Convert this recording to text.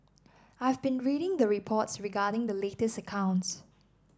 I have been reading the reports regarding the latest accounts